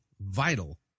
vital